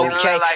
Okay